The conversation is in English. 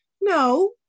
No